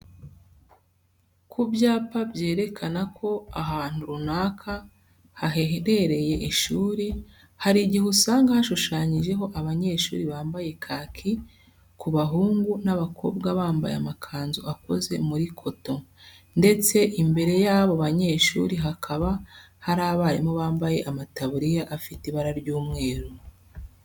Ku byapa byerekana ko ahantu runaka haherereye ishuri, hari igihe usanga hashushanyijeho abanyeshuri bambaye kaki ku bahungu n'abakobwa bambaye amakanzu akoze muri koto, ndetse imbere y'abo banyeshuri hakaba hari abarimu bambaye amataburiya afite ibara ry'umweru.